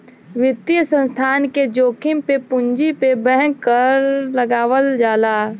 वित्तीय संस्थान के जोखिम पे पूंजी पे बैंक कर लगावल जाला